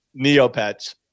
Neopets